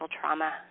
trauma